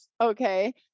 Okay